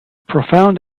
profound